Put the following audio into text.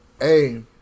Hey